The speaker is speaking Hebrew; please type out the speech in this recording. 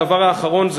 הדבר האחרון,